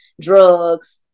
drugs